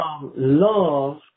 love